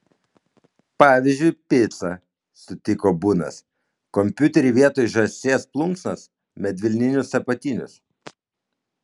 pavyzdžiui picą sutiko bunas kompiuterį vietoj žąsies plunksnos medvilninius apatinius